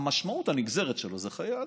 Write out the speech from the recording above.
המשמעות הנגזרת שלו זה חיי אדם,